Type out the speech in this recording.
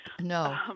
No